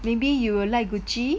maybe you will like Gucci